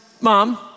mom